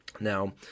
Now